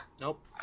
Nope